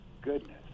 goodness